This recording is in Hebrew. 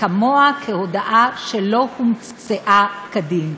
כמוה כהודעה שלא הומצאה כדין.